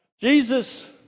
Jesus